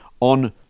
on